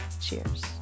Cheers